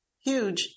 huge